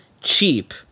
cheap